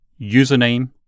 Username